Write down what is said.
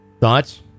Thoughts